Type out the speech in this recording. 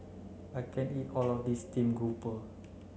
I can't eat all of this steamed grouper